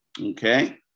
Okay